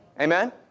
amen